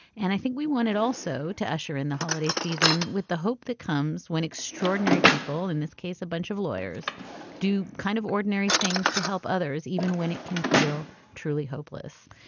and i think we want it also to usher in the holiday season with the hope that comes when extraordinary people in this case, a bunch of lawyers do kind of ordinary things to help others, even when it can feel truly hopeless.